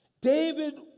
David